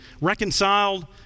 reconciled